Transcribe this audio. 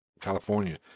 California